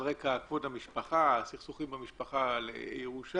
יש דרכים, היינו בקשר ודברנו